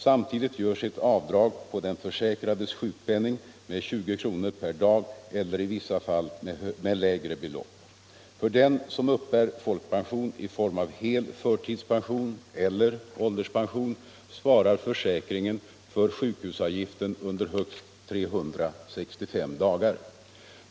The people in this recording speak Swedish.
Samtidigt görs ett avdrag på den försäkrades sjukpenning med 20 kr. per dag eller i vissa fall med lägre belopp. För den som uppbär folkpension i form av hel förtidspension eller ålderspension svarar försäkringen för sjukhusavgiften under högst 365 dagar.